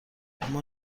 اما